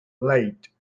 late